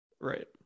right